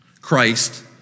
Christ